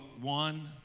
one